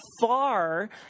far